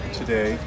today